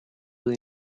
dei